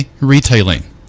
retailing